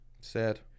Sad